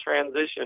transition